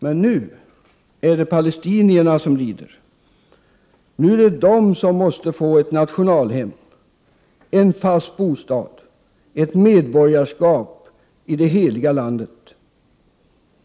Men nu är det palestinierna som lider, nu är det de som måste få ett nationalhem, en fast bostad, ett medborgarskap i det Heliga landet.